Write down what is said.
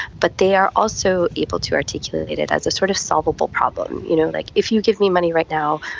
but they are also able to articulate it as a sort of solvable problem. you know like, if you give me money right now,